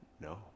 no